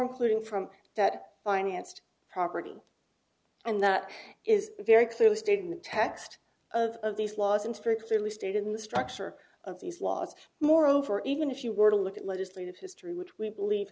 including from that financed property and that is very clearly stated in the text of these laws and very clearly stated in the structure of these laws moreover even if you were to look at legislative history which we believe